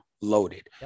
loaded